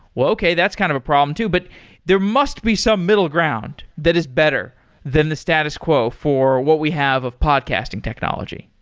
okay. that's kind of a problem too. but there must be some middle ground that is better than the status quo for what we have of podcasting technology.